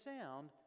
sound